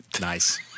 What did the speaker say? Nice